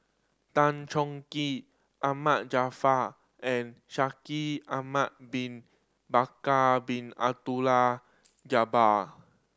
Tan Choh Tee Ahmad Jaafar and Shaikh Ahmad Bin Bakar Bin Abdullah Jabbar